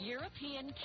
European